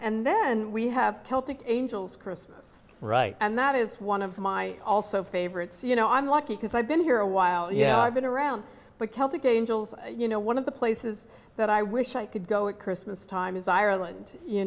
and then we have celtic angels christmas right and that is one of my also favorites you know i'm lucky because i've been here a while yeah i've been around but celtic angels you know one of the places that i wish i could go at christmas time is ireland you